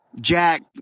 Jack